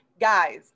Guys